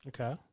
Okay